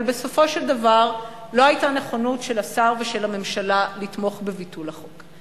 אבל בסופו של דבר לא היתה נכונות של השר ושל הממשלה לתמוך בביטול החוק.